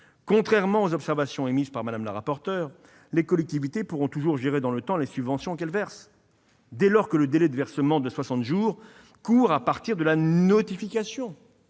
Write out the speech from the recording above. Contrairement aux observations émises par Mme la rapporteur, les collectivités pourront toujours gérer dans le temps les subventions qu'elles versent dès lors que le délai de versement de soixante jours court à partir de la notification